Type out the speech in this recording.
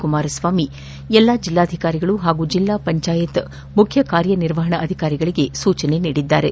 ಕುಮಾರಸ್ವಾಮಿ ಎಲ್ಲ ಜಿಲ್ಲಾಧಿಕಾರಿಗಳು ಹಾಗೂ ಜಿಲ್ಲಾ ಪಂಚಾಯತ್ ಮುಖ್ಯ ಕಾರ್ಯನಿರ್ವಹಣಾಧಿಕಾರಿಗಳಿಗೆ ಸೂಚನೆ ನೀಡಿದ್ದಾರೆ